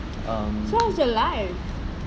so how's your life